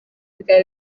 bikaba